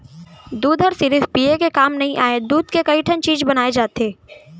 दूद हर सिरिफ पिये के काम नइ आय, दूद के कइ ठन चीज बनाए जाथे